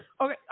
Okay